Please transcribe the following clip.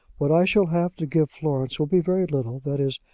what i shall have to give florence will be very little that is,